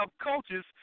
coaches